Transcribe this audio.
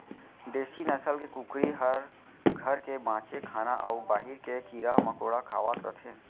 देसी नसल के कुकरी हर घर के बांचे खाना अउ बाहिर के कीरा मकोड़ा खावत रथे